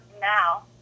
now